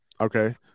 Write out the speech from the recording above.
Okay